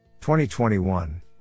2021